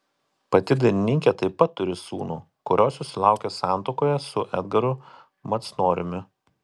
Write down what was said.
pati dainininkė taip pat turi sūnų kurio susilaukė santuokoje su edgaru macnoriumi